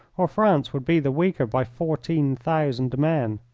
or france would be the weaker by fourteen thousand men.